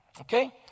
Okay